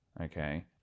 okay